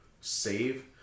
save